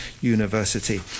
University